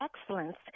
excellence